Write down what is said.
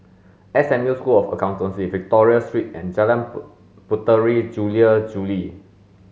S M U School of Accountancy Victoria Street and Jalan Put Puteri Jula Juli